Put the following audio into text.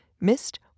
missed